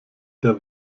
der